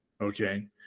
Okay